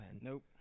Nope